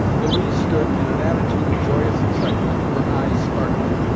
louise stood in an attitude of joyous excitement, her eyes sparkling.